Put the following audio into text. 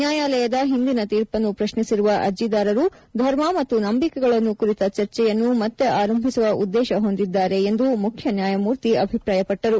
ನ್ಯಾಯಾಲಯದ ಹಿಂದಿನ ತೀರ್ಪನ್ನು ಪ್ರಶ್ನಿಸಿರುವ ಅರ್ಜಿದಾರರು ಧರ್ಮ ಮತ್ತು ನಂಬಿಕೆಗಳನ್ನು ಕುರಿತ ಚರ್ಚೆಯನ್ನು ಮತ್ತೆ ಆರಂಭಿಸುವ ಉದ್ದೇಶ ಹೊಂದಿದ್ದಾರೆ ಎಂದು ಮುಖ್ಯ ನ್ಯಾಯಮೂರ್ತಿ ಅಭಿಪ್ರಾಯಪಟ್ಟರು